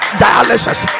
dialysis